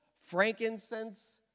frankincense